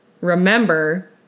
Remember